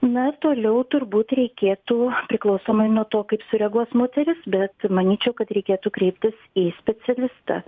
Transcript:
na toliau turbūt reikėtų priklausomai nuo to kaip sureaguos moteris bet manyčiau kad reikėtų kreiptis į specialistą